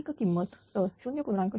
अधिक किंमत तर0